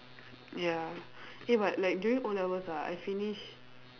ya eh but like during o-levels ah I finish